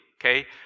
okay